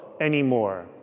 anymore